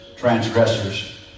transgressors